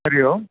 Hari Om